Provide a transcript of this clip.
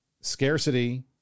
scarcity